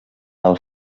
del